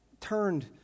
turned